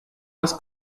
das